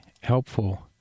helpful